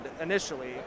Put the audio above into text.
initially